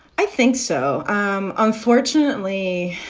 i think so. um unfortunately,